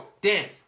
Dance